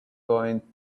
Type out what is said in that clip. going